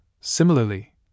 Similarly